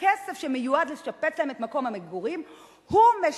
הכסף שמיועד לשפץ להם את מקום המגורים משמש,